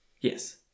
Yes